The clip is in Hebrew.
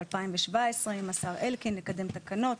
2017 עם השר אלקין לקדם תקנות,